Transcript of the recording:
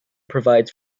provides